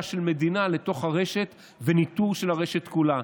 של מדינה לתוך הרשת וניטור של הרשת כולה.